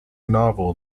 novel